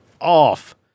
off